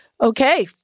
Okay